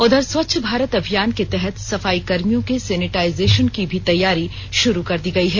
उधर स्वच्छ भारत अभियान के तहत सफाईकर्मियों के सेनिटाइजेशन की भी तैयारी शुरू कर दी गई है